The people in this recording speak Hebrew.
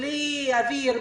בלי אוויר,